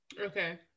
Okay